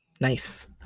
Nice